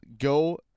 go